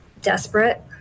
desperate